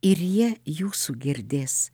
ir jie jūsų girdės